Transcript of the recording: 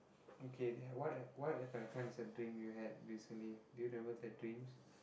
okay they had what what are the kinds of dreams you had recently do you know what the dreams